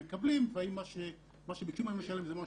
ממש בכה.